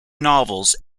novels